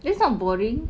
that is not boring